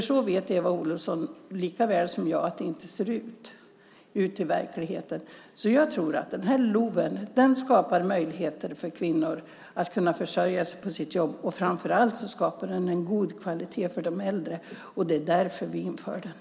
Eva Olofsson vet lika väl som jag att det inte ser ut så i verkligheten. Jag tror därför att LOV skapar möjligheter för kvinnor att kunna försörja sig på sitt jobb, och framför allt skapar den en god kvalitet för de äldre. Det är därför vi inför den.